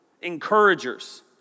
Encouragers